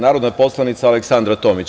Narodna poslanica, Aleksandra Tomić.